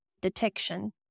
detection